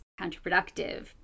counterproductive